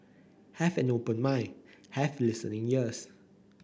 have an open mind have listening ears